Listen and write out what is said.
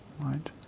right